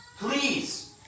Please